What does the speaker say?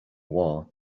war